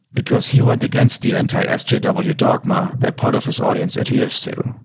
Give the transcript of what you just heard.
because he went against the anti-sjw dogma that part of his audience adheres to.